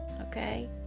okay